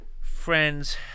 Friends